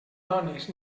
dones